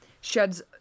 Sheds